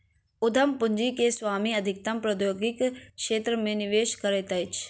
उद्यम पूंजी के स्वामी अधिकतम प्रौद्योगिकी क्षेत्र मे निवेश करैत अछि